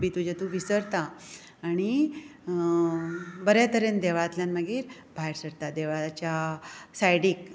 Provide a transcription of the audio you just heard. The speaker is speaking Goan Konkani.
दुख बी तुजें विसरतां आनी बरे तरेन देवळांतल्यान मागीर भायर सरता देवळाच्या सायडीक